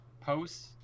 posts